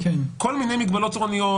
כל מיני מגבלות צורניות,